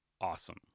awesome